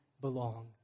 belong